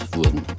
wurden